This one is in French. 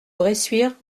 bressuire